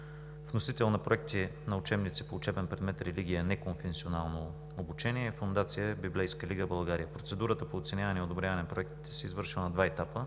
Вносител на проекти на учебници по учебен предмет „Религия – неконфесионално обучение“ е Фондация „Библейска лига – България“. Процедурата по оценяване и одобряване на проектите се извършва на два етапа.